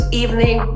evening